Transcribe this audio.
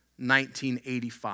1985